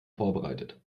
vorbereitet